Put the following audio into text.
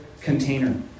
container